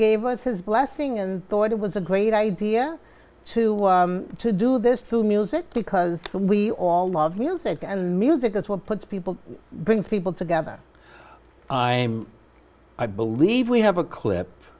gave us his blessing and thought it was a great idea to to do this through music because we all love music and music is what puts people brings people together i believe we have a clip